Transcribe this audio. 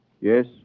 Yes